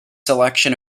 selection